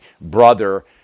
brother